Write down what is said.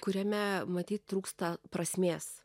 kuriame matyt trūksta prasmės